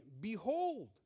behold